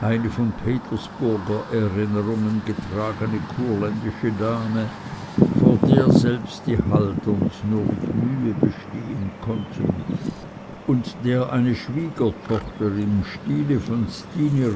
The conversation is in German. eine von petersburger erinnerungen getragene kurländische dame vor der selbst die halderns nur mit mühe bestehen konnten und der eine schwiegertochter im stile von stine